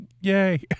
yay